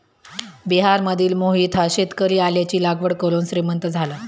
बिहारमधील मोहित हा शेतकरी आल्याची लागवड करून श्रीमंत झाला